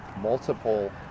multiple